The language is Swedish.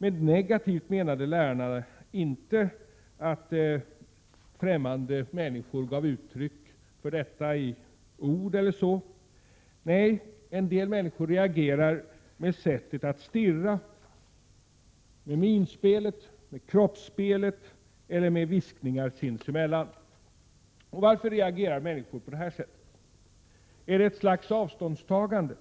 Med negativt menade läraren inte att ffämmande människor gav uttryck för detta i ord eller så. Nej, en del människor reagerar med sättet att stirra, med minspelet, med kroppsspråket eller med viskningar sinsemellan. Prot. 1987/88:99 Varför reagerar människor så här? Är det ett slags avståndstagande,